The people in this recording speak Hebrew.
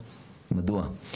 מדוע?